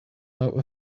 now